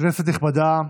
כנסת נכבדה,